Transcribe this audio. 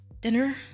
Dinner